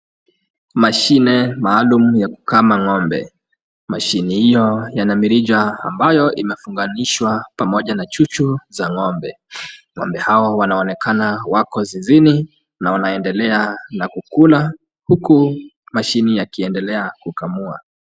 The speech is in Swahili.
Mashine maalum ya kukamulia ng'ombe, mashine hiyo yana mirija ambayo imefunganishwa pamoja na chuchu za ng'ombe. Ng'ombe hao wanaonekana wako zizini na wanaendelea na kukula, huku mashine yakiendelea kukamua.